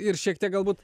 ir šiek tiek galbūt